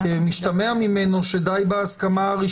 יכול להיות שזה משתמע למי שמבין את ההסכמה,